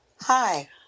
Hi